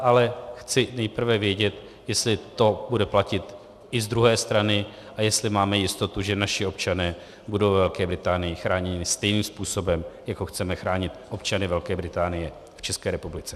Ale chci nejprve vědět, jestli to bude platit i z druhé strany a jestli máme jistotu, že naši občané budou ve Velké Británii chráněni stejným způsobem, jako chceme chránit občany Velké Británie v České republice.